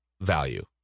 value